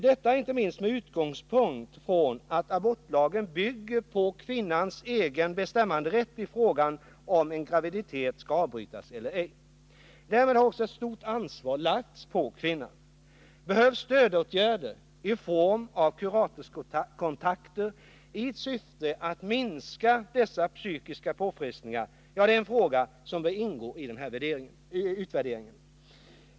Detta gäller inte minst med utgångspunkt i att abortlagen bygger på kvinnans egen bestämmanderätt i frågan om en graviditet skall avbrytas eller ej. Därmed har också ett stort ansvar lagts på kvinnan. Om det behövs stödåtgärder i form av kuratorskontakter i syfte att minska dessa psykiska påfrestningar är en fråga som bör ingå i denna utvärdering.